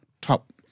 top